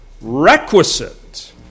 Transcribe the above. requisite